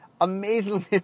amazingly